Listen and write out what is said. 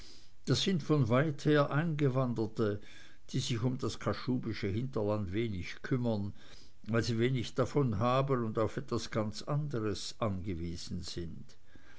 das sind von weither eingewanderte die sich um das kaschubische hinterland wenig kümmern weil sie wenig davon haben und auf etwas ganz anderes angewiesen sind